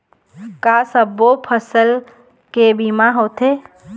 का सब्बो फसल के बीमा होथे?